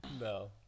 No